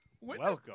Welcome